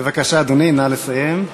בבקשה, אדוני, נא לסיים.